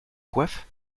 coiffe